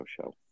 Show